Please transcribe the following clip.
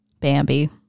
Bambi